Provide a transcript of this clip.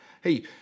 Hey